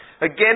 Again